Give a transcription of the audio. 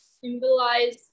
symbolize